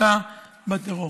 במלחמתה בטרור.